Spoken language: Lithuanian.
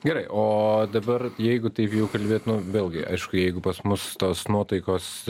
gerai o dabar jeigu taip jau kalbėt nu vėlgi aišku jeigu pas mus tos nuotaikos